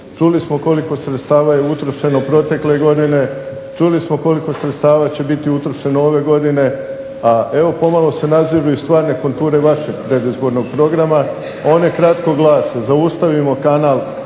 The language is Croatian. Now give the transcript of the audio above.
Čuli smo koliko sredstava je utrošeno protekle godine, čuli smo koliko sredstava će biti utrošeno ove godine, a evo pomalo se naziru i stvarne konture vašeg predizbornog programa. One kratko glase: zaustavimo kanal